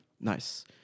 nice